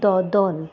दोदोल